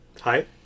Hi